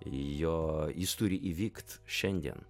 jo jis turi įvykt šiandien